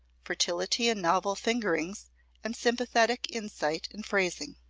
fertility in novel fingerings and sympathetic insight in phrasing.